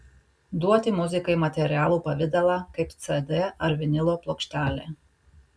duoti muzikai materialų pavidalą kaip cd ar vinilo plokštelė